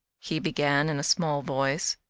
he began in a small voice,